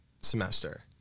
semester